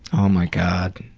oh my god.